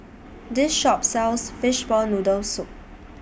This Shop sells Fishball Noodle Soup